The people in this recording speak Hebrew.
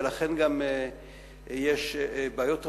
ולכן גם יש בעיות רבות,